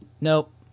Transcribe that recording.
Nope